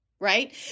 Right